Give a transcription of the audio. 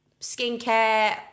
skincare